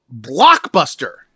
blockbuster